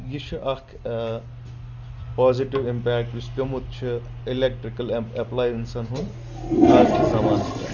یہِ چھ اکھ پازِٹو امپیکٹ یُس پیٚومُت چھُ الیٚکٹرٛکل ایٚپلینسن ہُنٛد آز کِس زمانس پٮ۪ٹھ